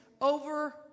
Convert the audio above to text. over